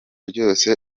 byose